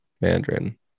Mandarin